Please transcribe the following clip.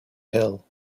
hill